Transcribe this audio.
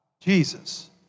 Jesus